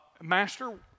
master